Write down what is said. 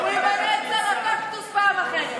הוא ימנה את שר הקקטוס פעם אחרת.